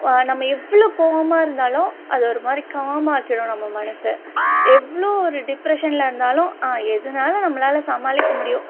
நம்ம எவ்வளோ கோவமாக இருந்தாலும் அது ஒரு மாதிரி காம் ஆக்கிடும் நம்ம மனசை எவ்வளோ ஒரு டிப்ரஸன்ல இருந்தாலும் எதுனாலும் நம்மளால் சமாளிக்க முடியும்